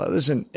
Listen